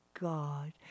God